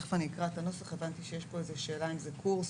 תכף אני אקרא את הנוסח הבנתי שיש פה שאלה אם זה קורס